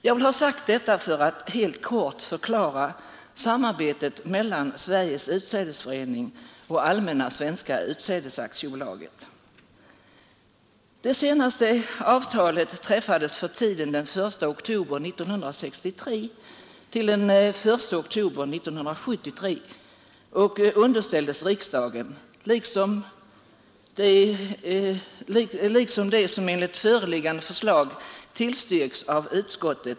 Jag vill ha sagt detta för att helt kort förklara samarbetet mellan Sveriges utsädesförening och Allmänna svenska utsädesaktiebolaget.